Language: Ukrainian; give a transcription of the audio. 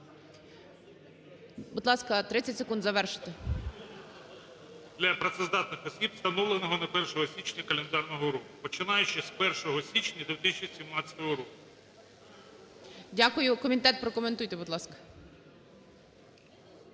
Будь ласка, 30 секунд завершити. ФАЄРМАРК С.О. …для працездатних осіб, встановленого на 1 січня календарного року, починаючи з 1 січня 2017 року". ГОЛОВУЮЧИЙ. Дякую. Комітет, прокоментуйте, будь ласка.